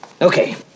Okay